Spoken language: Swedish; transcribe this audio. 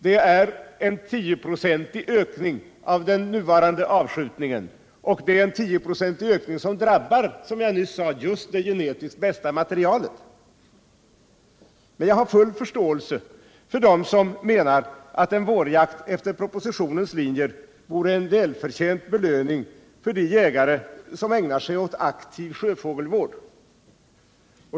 Det är en 10-procentig ökning av den nuvarande avskjutningen, och denna ökning drabbar, som jag nyss sade, just det genetiskt bästa materialet. Men jag har full förståelse för dem som menar att en vårjakt efter propositionens riktlinjer vore en välförtjänt belöning åt de jägare som ägnar sig åt en aktiv sjöfågelvård.